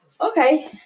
Okay